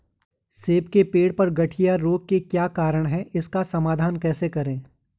सेब के पेड़ पर गढ़िया रोग के क्या कारण हैं इसका समाधान कैसे करें?